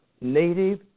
native